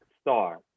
star